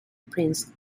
prince